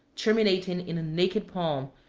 terminating in a naked palm,